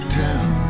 town